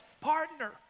partner